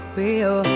real